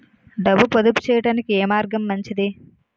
డబ్బు పొదుపు చేయటానికి ఏ మార్గం మంచిది?